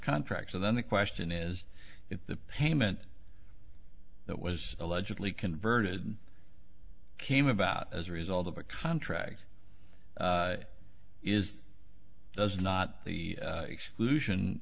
contractor then the question is if the payment that was allegedly converted came about as a result of a contract is does not the exclusion